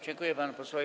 Dziękuję panu posłowi.